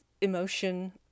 emotion